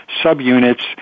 subunits